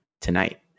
tonight